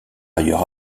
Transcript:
ailleurs